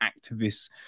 activists